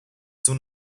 soon